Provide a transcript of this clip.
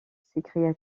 s’écria